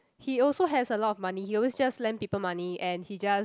he also has a lot of money he always just lend people money and he just